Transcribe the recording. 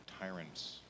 tyrants